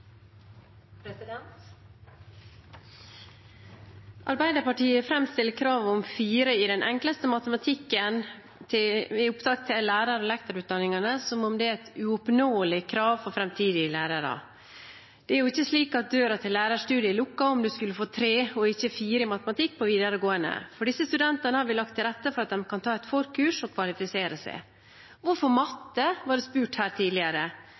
utdanningen. Arbeiderpartiet framstiller kravet om 4 i den enkleste matematikken ved opptak til lærer- og lektorutdanningene som om det er et uoppnåelig krav til framtidige lærere. Men det er jo ikke slik at døra til lærerstudiet er lukket om man skulle få 3 og ikke 4 i matematikk i videregående skole. For disse studentene har vi lagt til rette for at de kan ta et forkurs og kvalifisere seg. Hvorfor matte, ble det spurt her tidligere.